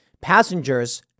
passengers